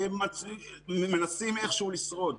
בשיניים מנסים איכשהו לשרוד.